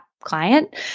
Client